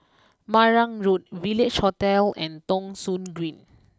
Marang Road Village Hotel and Thong Soon Green